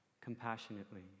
compassionately